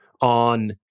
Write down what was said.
on